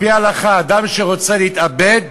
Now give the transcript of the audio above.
על-פי ההלכה, אדם שרוצה להתאבד,